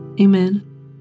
Amen